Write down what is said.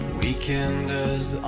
weekenders